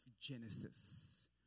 Genesis